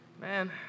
Man